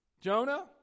Jonah